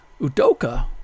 Udoka